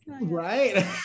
Right